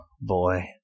boy